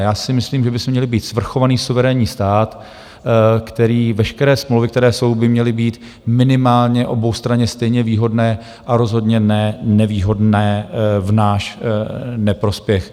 Já si myslím, že bychom měli být svrchovaný, suverénní, stát a veškeré smlouvy, které jsou, by měly být minimálně oboustranně stejně výhodné a rozhodně ne nevýhodné v náš neprospěch.